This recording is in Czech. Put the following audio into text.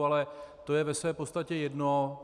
Ale to je ve své podstatě jedno.